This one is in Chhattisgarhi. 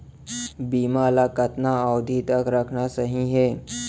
बीमा ल कतना अवधि तक रखना सही हे?